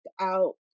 out